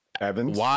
Evans